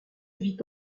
vit